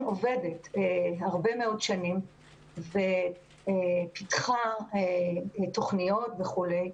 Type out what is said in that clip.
עובדת הרבה מאוד שנים ופיתחה תוכניות וכולי.